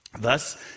Thus